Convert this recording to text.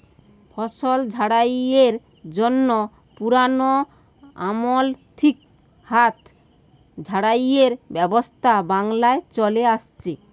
ফসল ঝাড়াইয়ের জন্যে পুরোনো আমল থিকে হাত ঝাড়াইয়ের ব্যবস্থা বাংলায় চলে আসছে